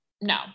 No